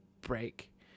break